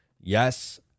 Yes